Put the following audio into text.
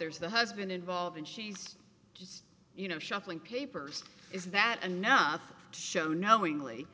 there's the husband involved and she's just you know shuffling papers is that enough show knowingly